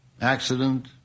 Accident